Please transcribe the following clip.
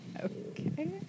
Okay